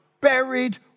buried